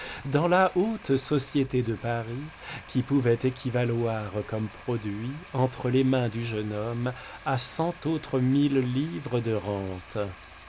dans la haute société de paris qui pouvaient équivaloir comme produit entre les mains du jeune homme à cent autres mille livres de rente